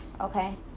Okay